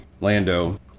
Lando